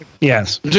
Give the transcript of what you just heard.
Yes